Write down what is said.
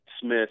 Smith